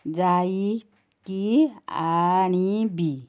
ଯାଇକି ଆଣିବି